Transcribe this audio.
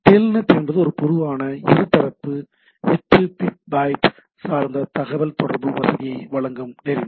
Telnet என்பது ஒரு பொதுவான இருதரப்பு எட்டு பிட் பைட் சார்ந்த தகவல் தொடர்பு வசதியை வழங்கும் நெறிமுறை